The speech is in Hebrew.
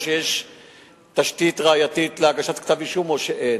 או שיש תשתית ראייתית להגשת כתב אישום או שאין.